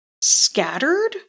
scattered